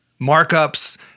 markups